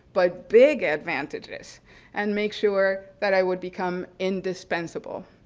but big advantages and make sure that i would become indispensable.